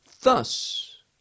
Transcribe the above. thus